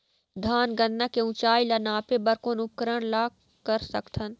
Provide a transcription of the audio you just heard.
धान गन्ना के ऊंचाई ला नापे बर कोन उपकरण ला कर सकथन?